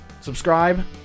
Subscribe